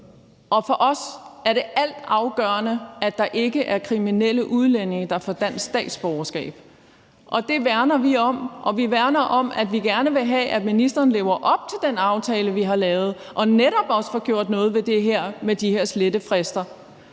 og for os er det altafgørende, at der ikke er kriminelle udlændinge, der får dansk statsborgerskab. Det værner vi om, og vi værner om, at vi gerne vil have, at ministeren lever op til den aftale, vi har lavet, og netop også får gjort noget ved de her slettefrister.